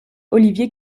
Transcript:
olivier